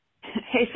Hey